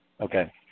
Okay